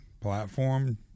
platform